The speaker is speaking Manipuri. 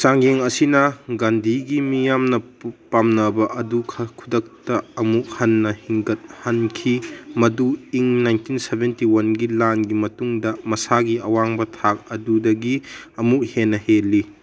ꯆꯥꯡꯌꯦꯡ ꯑꯁꯤꯅ ꯒꯥꯟꯙꯤꯒꯤ ꯃꯤꯌꯥꯝꯅ ꯄꯥꯝꯅꯕ ꯑꯗꯨ ꯈꯨꯗꯛꯇ ꯑꯃꯨꯛ ꯍꯟꯅ ꯍꯤꯡꯒꯠꯍꯟꯈꯤ ꯃꯗꯨ ꯏꯪ ꯅꯥꯏꯟꯇꯤꯟ ꯁꯕꯦꯟꯇꯤ ꯋꯥꯟꯒꯤ ꯂꯥꯟꯒꯤ ꯃꯇꯨꯡꯗ ꯃꯁꯥꯒꯤ ꯑꯋꯥꯡꯕ ꯊꯥꯛ ꯑꯗꯨꯗꯒꯤ ꯑꯃꯨꯛꯀ ꯍꯦꯟꯅ ꯍꯦꯜꯂꯤ